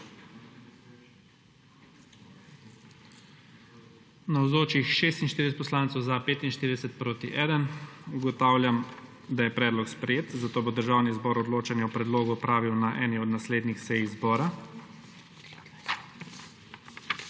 1. (Za je glasovalo 45.) (Proti 1.) Ugotavljam, da je predlog sprejet, zato bo Državni zbor odločanje o predlogu opravil na eni od naslednjih sej zbora.